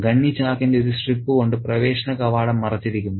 ഗണ്ണി ചാക്കിന്റെ ഒരു സ്ട്രിപ്പ് കൊണ്ട് പ്രവേശന കവാടം മറച്ചിരിക്കുന്നു